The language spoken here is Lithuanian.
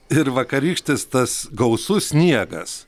ir vakarykštis tas gausus sniegas